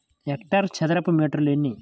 హెక్టారుకు చదరపు మీటర్లు ఎన్ని?